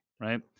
right